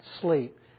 sleep